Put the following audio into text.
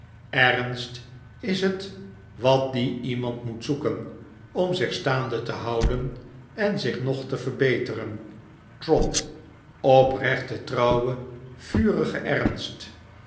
ernst is het wat die iemand moet zoeken om zich staande te houden en zich nog te verbeteren trot oprechten trouwen vurigen ernst